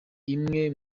imwe